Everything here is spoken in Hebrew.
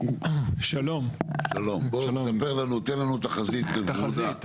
בוא תספר לנו, תן לנו תחזית ורודה.